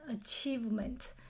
achievement